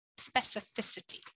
specificity